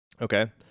okay